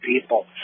people